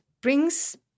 brings